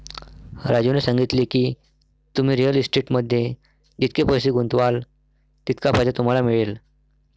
राजूने सांगितले की, तुम्ही रिअल इस्टेटमध्ये जितके पैसे गुंतवाल तितका फायदा तुम्हाला मिळेल